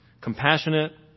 compassionate